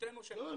לבושתנו ש --- לא,